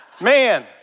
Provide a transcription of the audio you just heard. Man